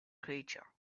creature